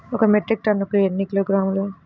ఒక మెట్రిక్ టన్నుకు ఎన్ని కిలోగ్రాములు?